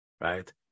right